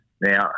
Now